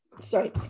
sorry